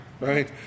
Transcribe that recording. right